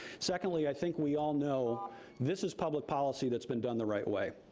secondly, i think we all know this is public policy that's been done the right way.